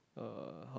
uh